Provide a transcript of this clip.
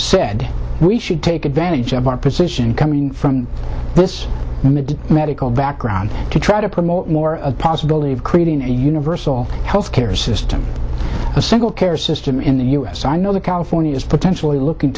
said we should take advantage of our position coming from this medical background to try to promote more possibility of creating a universal health care system a single care system in the us i know that california is potentially looking